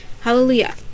hallelujah